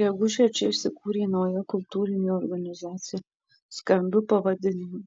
gegužę čia įsikūrė nauja kultūrinė organizacija skambiu pavadinimu